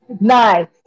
Nice